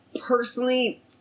personally